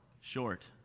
Short